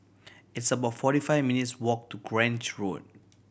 it's about forty five minutes' walk to Grange Road